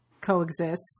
coexist